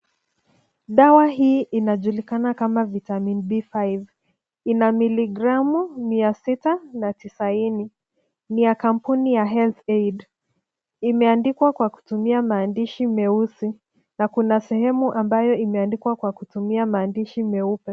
Dawa hii inajulikana kama Vitamin B5 . Ina miligramu mia sita na tisaini. Ni ya kampuni ya Health Aid . Imeandikwa kwa kutumia maandishi meusi na kuna sehemu ambayo imeandikwa kwa kutumia maandishi meupe.